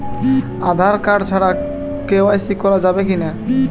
Aadhaar card ছাড়া KYC করা যাবে কি না?